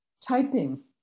Typing